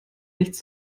nichts